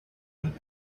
and